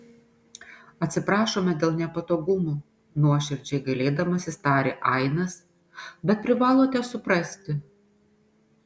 atsiprašome dėl nepatogumų nuoširdžiai gailėdamasis tarė ainas bet privalote suprasti